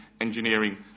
engineering